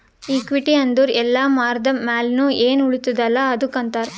equity ಅಂದುರ್ ಎಲ್ಲಾ ಮಾರ್ದ ಮ್ಯಾಲ್ನು ಎನ್ ಉಳಿತ್ತುದ ಅಲ್ಲಾ ಅದ್ದುಕ್ ಅಂತಾರ್